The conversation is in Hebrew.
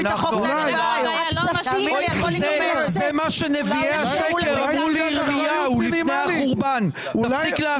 זה מה שאמרו נביאי השקר לירמיהו לפני החורבן תפסיקו להסית.